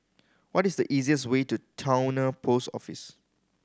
what is the easiest way to Towner Post Office